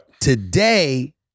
Today